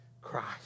Christ